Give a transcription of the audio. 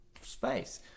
space